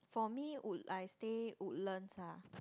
for me wood~ I stay Woodlands